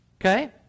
Okay